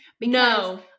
no